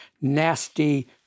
nasty